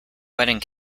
wedding